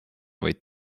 vaid